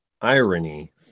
Irony